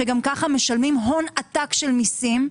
שגם כך משלמים הון עתק של מיסים.